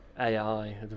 ai